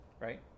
Right